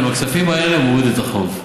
עם הכספים האלה הוא מוריד את החוב,